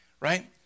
Right